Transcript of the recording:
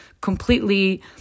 completely